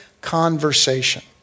conversation